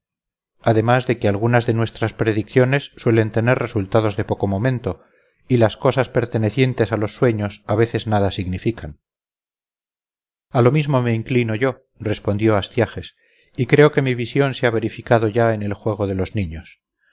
además de que algunas de nuestras predicciones suelen tener resultados de poco momento y las cosas pertenecientes a los sueños a veces nada significan a lo mismo me inclino yo respondió astiages y creo que mi visión se ha verificado ya en el juego de los niños